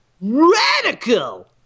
radical